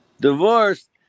Divorced